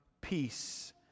peace